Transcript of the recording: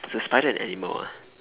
is a spider an animal ah